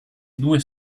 due